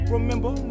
Remember